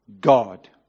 God